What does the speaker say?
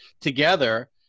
together